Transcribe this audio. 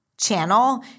channel